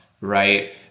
right